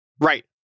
Right